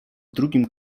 drugim